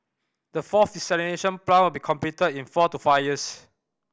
the fourth desalination plant will be completed in four to five years